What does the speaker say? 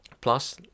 plus